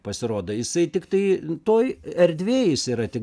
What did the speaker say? pasirodo jisai tiktai toj erdvėj jis yra tik